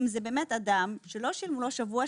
אם זה אדם שלא שילמו לו שבוע,